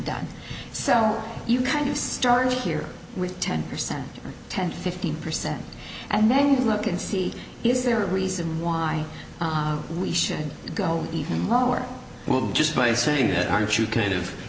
done so you kind of start here with ten percent or ten fifteen percent and then look and see is there a reason why we should go even lower just by saying that aren't you kind of